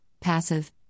passive